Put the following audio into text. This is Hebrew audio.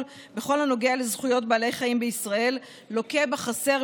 בכל הנוגע לזכויות בעלי חיים בישראל לוקה בחסר,